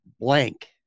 blank